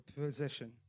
position